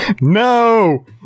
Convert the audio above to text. No